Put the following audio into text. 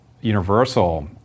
Universal